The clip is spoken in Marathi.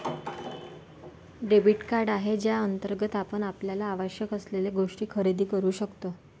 डेबिट कार्ड आहे ज्याअंतर्गत आपण आपल्याला आवश्यक असलेल्या गोष्टी खरेदी करू शकतो